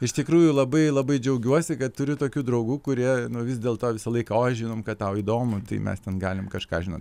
iš tikrųjų labai labai džiaugiuosi kad turiu tokių draugų kurie nu vis dėl to visą laiką oi žinom kad tau įdomu tai mes ten galim kažką žinot